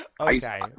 Okay